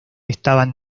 estaban